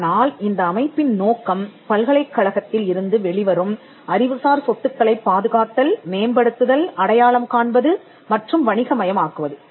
ஆனால் இந்த அமைப்பின் நோக்கம் பல்கலைக்கழகத்தில் இருந்து வெளிவரும் அறிவுசார் சொத்துக்களைப் பாதுகாத்தல் மேம்படுத்துதல் அடையாளம் காண்பது மற்றும் வணிக மயமாக்குவது